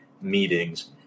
meetings